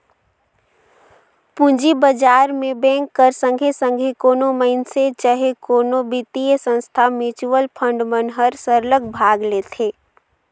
पूंजी बजार में बेंक कर संघे संघे कोनो मइनसे चहे कोनो बित्तीय संस्था, म्युचुअल फंड मन हर सरलग भाग लेथे